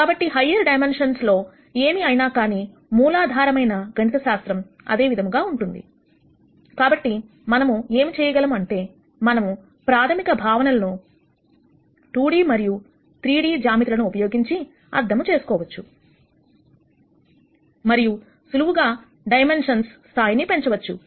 కాబట్టి higher dimensions లో ఏమి అయినా కానీ మూలాధార మైన గణిత శాస్త్రం అదే విధముగా ఉంటుంది కాబట్టి మనం ఏం చేయగలం అంటే మనము ప్రాథమిక భావనలను 2D మరియు 3D జ్యామితి లను ఉపయోగించి అర్థం చేసుకోవచ్చు మరియు సులువుగా డైమెన్షన్స్ స్థాయిని పెంచవచ్చు